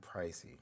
pricey